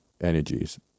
energies